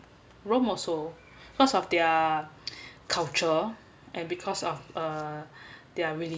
rome also because of their culture and because of uh they're really